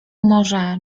może